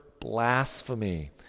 blasphemy